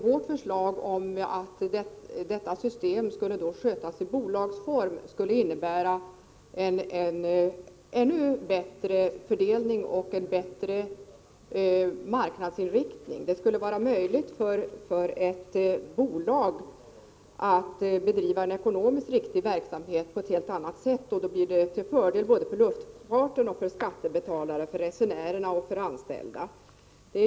Vårt förslag om att detta system skall skötas i bolagsform skulle innebära en ännu bättre fördelning och en bättre marknadsinriktning. Det skulle vara möjligt för ett bolag att bedriva en ekonomiskt riktig verksamhet på ett helt annat sätt — det blir till fördel för både luftfarten, skattebetalarna, resenärerna och de anställda.